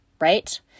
right